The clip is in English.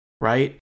Right